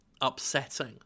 upsetting